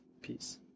Peace